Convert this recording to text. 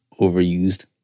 overused